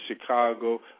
Chicago